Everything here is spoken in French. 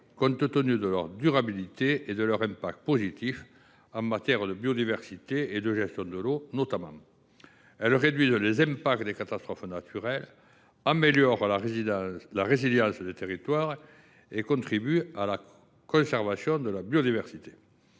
compte tenu de leur durabilité et de leur impact positif en matière de biodiversité et de gestion de l’eau notamment. Elles réduisent les impacts des catastrophes naturelles, améliorent la résilience des territoires et contribuent à la conservation de la biodiversité.